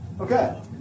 Okay